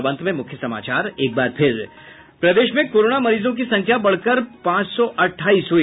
और अब अंत में मुख्य समाचार प्रदेश में कोरोना मरीजों की संख्या बढ़कर पांच सौ अट्ठाईस हुई